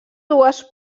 dues